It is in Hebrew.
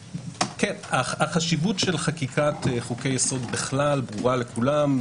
החשיבות של חקיקת חוקי יסוד ברורה לכולם,